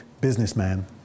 businessman